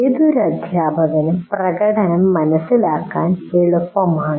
ഏതൊരു അധ്യാപകനും പ്രകടനം മനസ്സിലാക്കാൻ എളുപ്പമാണ്